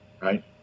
right